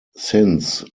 since